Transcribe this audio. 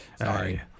Sorry